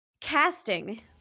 Casting